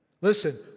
Listen